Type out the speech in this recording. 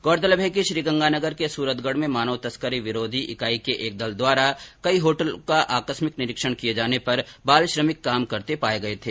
गौरतलब है कि श्रीगंगानगर के सूरतगढ में मानव तस्करी विरोधी इकाई के एक दल द्वारा कई होटलों का आकस्मिक निरीक्षण किये जाने के दौरान चार होटलों पर बाल श्रमिक काम करते पाये गये थे